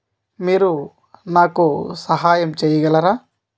మీరు నాకు సహాయం చెయ్యగలరా